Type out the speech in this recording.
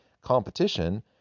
competition